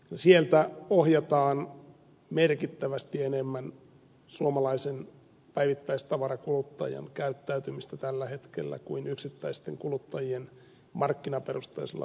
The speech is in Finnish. sieltä ohjataan merkittävästi enemmän suomalaisen päivittäistavarankuluttajan käyttäytymistä tällä hetkellä kuin yksittäisten kuluttajien markkinaperusteisella